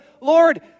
Lord